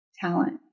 talent